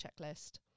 checklist